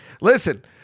listen